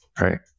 Right